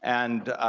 and